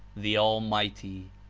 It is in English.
the almighty.